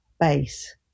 base